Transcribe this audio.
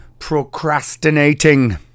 procrastinating